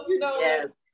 yes